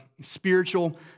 spiritual